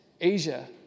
Asia